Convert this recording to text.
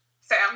Sam